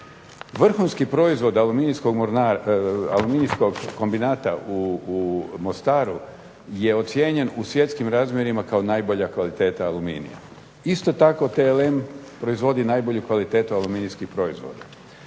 Vrhunski proizvod aluminijskog kombinata u Mostaru je ocijenjen u svjetskim razmjerima kao najbolja kvaliteta aluminija. Isto tako, TLM proizvodi najbolju kvalitetu aluminijskih proizvoda.